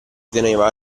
teneva